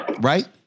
Right